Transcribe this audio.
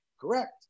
Correct